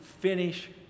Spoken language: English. finish